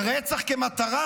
הרצח כמטרה,